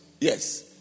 Yes